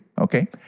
okay